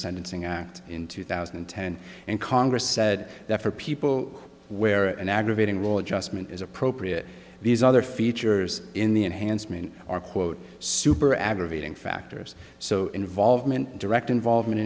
sentencing act in two thousand and ten and congress said that for people where an aggravating war adjustment is appropriate these other features in the enhancement or quote super aggravating factors so involvement direct involvement